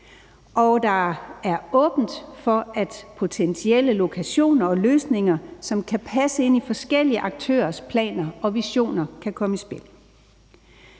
at der er åbent for, at potentielle lokationer og løsninger, som kan passe ind i forskellige aktørers planer og visioner, kan komme i spil.